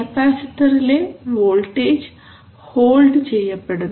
കപ്പാസിറ്ററിലെ voltage hold ചെയ്യപ്പെടുന്നു